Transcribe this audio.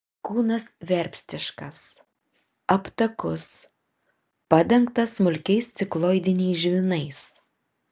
kūnas verpstiškas aptakus padengtas smulkiais cikloidiniais žvynais